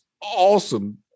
awesome